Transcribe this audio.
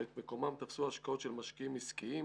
ואת מקומם תפסו השקעות של משקיעים עסקיים,